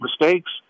mistakes